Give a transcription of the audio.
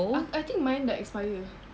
I I think mine dah expire